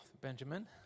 Benjamin